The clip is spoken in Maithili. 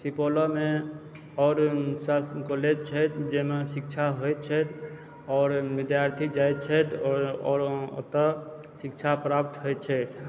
सुपौलोमे आओर सब कॉलेज छथि जाहिमे शिक्षा होइत छथि आओर विद्यार्थी जाइत छथि आओर ओतऽ शिक्षा प्राप्त होइत छथि